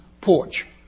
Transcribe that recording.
porch